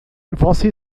você